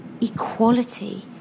equality